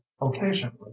occasionally